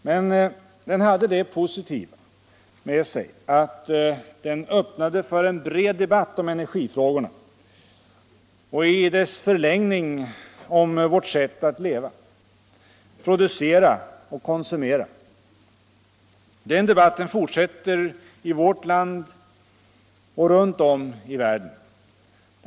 Men den hade det positiva med sig att den öppnade för en bred debatt om energifrågorna och i dess förlängning om vårt sätt att leva, producera och konsumera. Den debatten fortsätter i vårt land och runt om i världen.